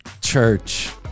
Church